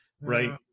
right